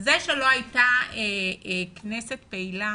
זה שלא הייתה כנסת פעילה